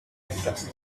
impact